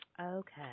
Okay